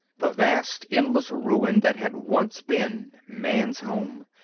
the vast, endless ruin that had once been man's home,